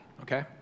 okay